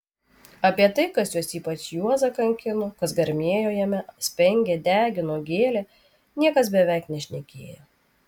apie tai kas juos ypač juozą kankino kas garmėjo jame spengė degino gėlė niekas beveik nešnekėjo